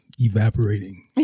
evaporating